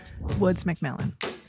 Woods-McMillan